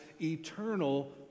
eternal